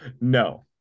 No